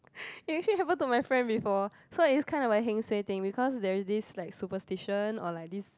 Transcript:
it actually happen to my friend before so it's kind of a heng suay thing because there is this like superstition or like this